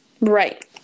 Right